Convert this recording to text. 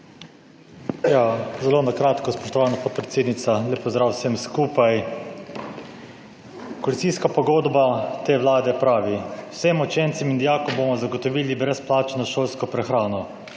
Zelo kratko, spoštovana podpredsednica. Lep pozdrav vsem skupaj! Koalicijska pogodba te vlade pravi: »Vsem učencem in dijakom bomo zagotovili brezplačno šolsko prehrano.«